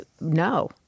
no